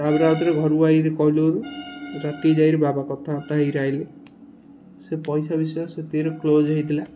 ତା'ପରେ ଆଉଥରେ ଘରୁକୁ ଆସିକରି କହିଲୁ ରାତି ଯାଇକରି ବାବା କଥାାର୍ତ୍ତା ହେଇକି ଆସିଲେ ସେ ପଇସା ବିଷୟ ସେତିକିରେ କ୍ଲୋଜ୍ ହେଇଥିଲା